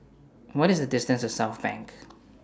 What IS The distance to Southbank